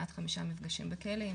עד חמישה מפגשים בכלא.